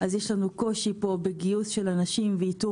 אז יש לנו קושי פה בגיוס של אנשים ואיתור